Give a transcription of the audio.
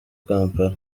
kampala